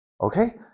okay